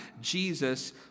Jesus